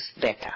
better